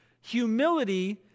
Humility